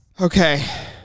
Okay